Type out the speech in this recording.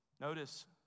Notice